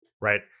right